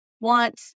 want